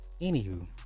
anywho